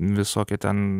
visokie ten